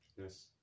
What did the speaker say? Yes